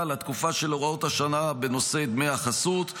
לתקופה של הוראות השעה בנושא דמי חסות,